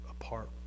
apart